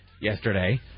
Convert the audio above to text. yesterday